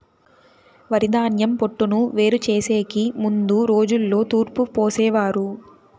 వరిధాన్యం పొట్టును వేరు చేసెకి ముందు రోజుల్లో తూర్పు పోసేవారు